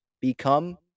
become